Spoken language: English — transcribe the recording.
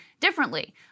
differently